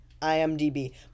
IMDB